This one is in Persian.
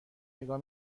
نگاه